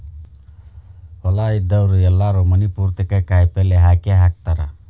ಹೊಲಾ ಇದ್ದಾವ್ರು ಎಲ್ಲಾರೂ ಮನಿ ಪುರ್ತೇಕ ಕಾಯಪಲ್ಯ ಹಾಕೇಹಾಕತಾರ